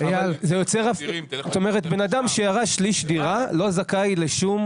זאת אומרת בן אדם שירש שליש דירה לא זכאי לשום